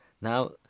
Now